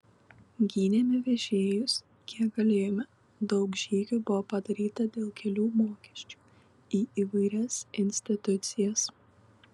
gynėme vežėjus kiek galėjome daug žygių buvo padaryta dėl kelių mokesčių į įvairias institucijas